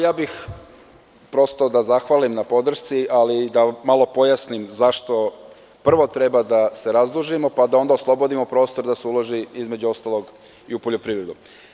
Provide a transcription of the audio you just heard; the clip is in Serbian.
Ja bih da zahvalim na podršci, ali i da malo pojasnim zašto prvo treba da se razdužimo, pa da ona oslobodimo prostor da se uloži između ostalog i u poljoprivredu.